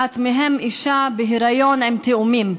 אחת מהם, אישה בהיריון עם תאומים.